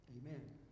Amen